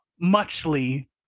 muchly